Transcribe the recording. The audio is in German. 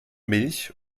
milch